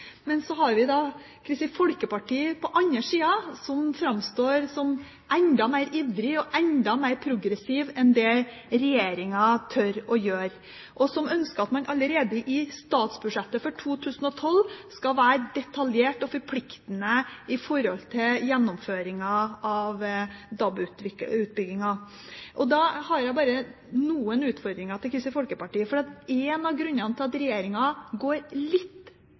så har vi Kristelig Folkeparti på den andre siden, som framstår som enda mer ivrig og enda mer progressiv enn det regjeringen tør å være, og som ønsker at man allerede i statsbudsjettet for 2012 skal være detaljert og forpliktende i forhold til gjennomføringen av DAB-utbyggingen. Da har jeg noen utfordringer til Kristelig Folkeparti. For en av grunnene til at regjeringen går litt